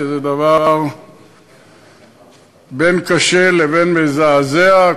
שזה בין קשה לבין מזעזע,